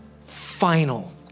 final